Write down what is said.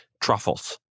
truffles